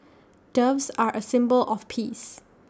doves are A symbol of peace